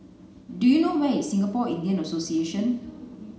do you know where is Singapore Indian Association